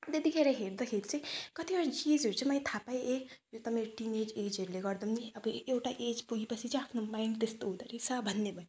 त्यतिखेर हेर्दाखेरि चाहिँ कतिवटा चिजहरू चाहिँ मैले थाहा पाएँ यो त मेरो टिनेज एजहरूले गर्दा पनि अब एउटा एज पुगेपछि चाहिँ आफ्नो माइन्ड त्यस्तो हुँदो रहेछ भन्ने भयो